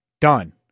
Done